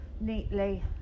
neatly